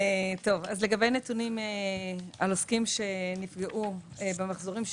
לגבי נתונים על עוסקים שנפגעו במחזורים שלהם,